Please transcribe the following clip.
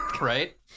Right